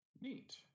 Neat